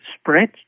spread